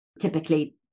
Typically